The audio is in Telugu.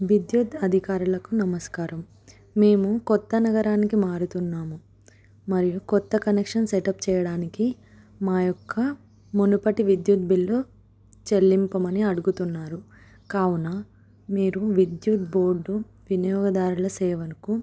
విద్యుత్ అధికారులకు నమస్కారం మేము కొత్త నగరానికి మారుతున్నాము మరియు కొత్త కనెక్షన్ సెటప్ చేయడానికి మా యొక్క మునుపటి విద్యుత్ బిల్లు చెల్లింపమని అడుగుతున్నారు కావున మీరు విద్యుత్ బోర్డు వినియోగదారుల సేవకు